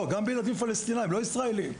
לא ישראלים,